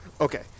Okay